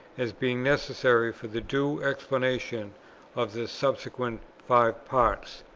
as being necessary for the due explanation of the subsequent five parts.